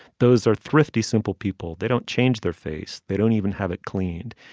those are thrifty simple people. they don't change their face. they don't even have it cleaned.